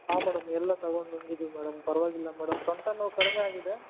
ಹಾಂ ಮೇಡಮ್ ಎಲ್ಲ ತಗೊಂಡು ಬಂದಿದ್ದೀವಿ ಮೇಡಮ್ ಪರವಾಗಿಲ್ಲ ಮೇಡಮ್ ಸೊಂಟ ನೋವು ಕಡಿಮೆ ಆಗಿದೆ